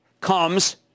comes